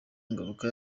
ngaruka